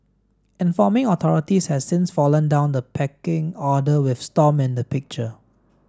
informing authorities has since fallen down the pecking order with Stomp in the picture